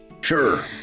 Sure